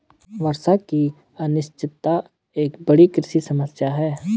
वर्षा की अनिश्चितता एक बड़ी कृषि समस्या है